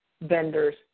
vendors